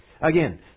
Again